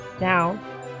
Now